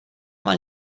mal